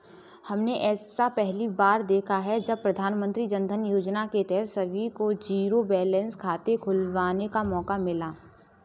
हमने ऐसा पहली बार देखा है जब प्रधानमन्त्री जनधन योजना के तहत सभी को जीरो बैलेंस खाते खुलवाने का मौका मिला